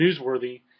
newsworthy